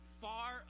far